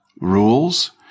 rules